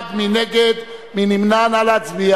מעמד האשה.